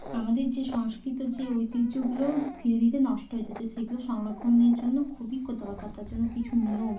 আমাদের যে সংস্কৃতির যে ঐতিহ্যগুলো ধীরে ধীরে নষ্ট হয়ে যাচ্ছে সেগুলো সংরক্ষণের জন্য খুবই ক দরকার তার জন্য কিছু নিয়ম